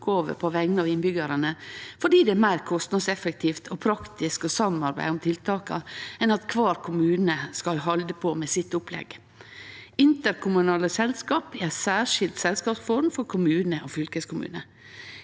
oppgåver på vegner av innbyggarane, fordi det er meir kostnadseffektivt og praktisk å samarbeide om tiltaka enn at kvar kommune skal halde på med sitt opplegg. Interkommunale selskap er ei særskild selskapsform for kommune og fylkeskommune.